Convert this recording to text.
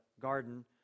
garden